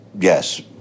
yes